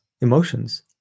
emotions